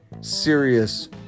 serious